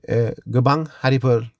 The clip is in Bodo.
ओ गोबां हारिफोर